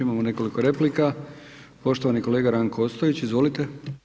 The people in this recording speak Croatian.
Imamo nekoliko replika, poštovani kolega Ranko Ostojić, izvolite.